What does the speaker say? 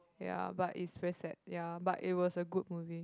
ya but is very sad ya but it was a good movie